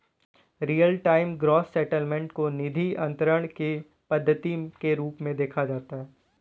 real time gross settlement को निधि अंतरण की पद्धति के रूप में देखा जाता है